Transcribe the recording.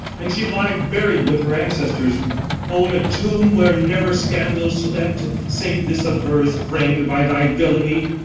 and she lied buried with her ancestors o! in a tomb where never scandal slept, save this of hers, fram'd by thy villany!